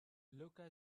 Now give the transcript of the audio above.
lucca